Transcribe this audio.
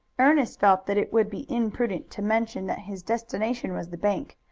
ernest felt that it would be imprudent to mention that his destination was the bank,